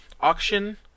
auction